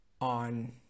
on